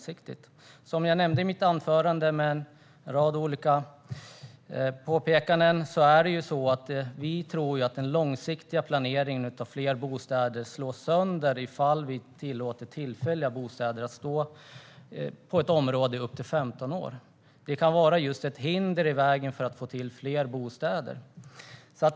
Som jag nämnde i mitt anförande, med en rad olika påpekanden, tror vi att den långsiktiga planeringen av fler bostäder slås sönder om vi tillåter tillfälliga bostäder i ett område i upp till 15 år. Det kan vara ett hinder för att få till fler bostäder.